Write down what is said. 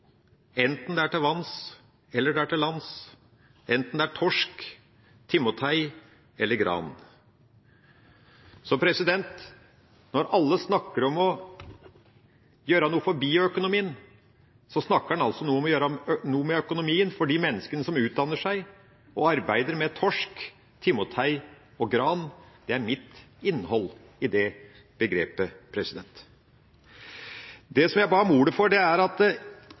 enten det er til vanns eller til lands, enten det er torsk, timotei eller gran. Når alle snakker om å gjøre noe for bioøkonomien, snakker en altså om å gjøre noe med økonomien for de menneskene som utdanner seg og arbeider med torsk, timotei og gran. Det er for meg innholdet i det begrepet. Det jeg ba om ordet for, er at